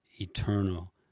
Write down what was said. eternal